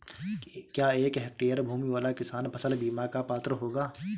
क्या एक हेक्टेयर भूमि वाला किसान फसल बीमा का पात्र होगा?